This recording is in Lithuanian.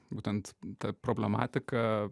būtent ta problematika